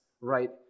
right